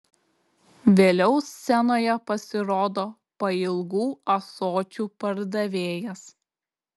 vėliau scenoje pasirodo pailgų ąsočių pardavėjas